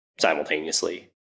simultaneously